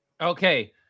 Okay